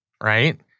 right –